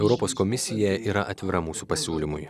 europos komisija yra atvira mūsų pasiūlymui